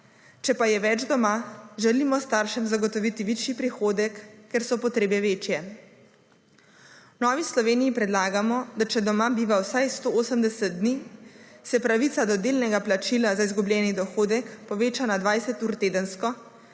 Če pa je več doma, želimo staršem zagotoviti višji prihodek, ker so potrebe večje. V Novi Sloveniji predlagamo, da če doma biva vsaj 180 dni, se pravica do delnega plačila za izgubljeni dohodek poveča na 20 ur tedensko,